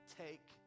take